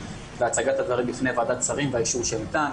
והצגת הדברים בפני ועדת השרים והאישור שניתן.